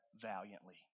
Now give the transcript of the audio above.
valiantly